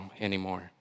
anymore